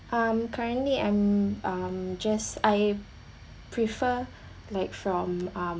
um currently I'm um just I prefer like from um